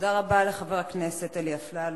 תודה רבה לחבר הכנסת אלי אפללו.